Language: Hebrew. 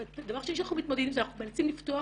דבר שני שאנחנו מתמודדים זה שאנחנו מנסים לפתוח,